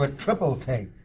ah triple-take.